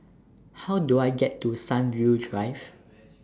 How Do I get to Sunview Drive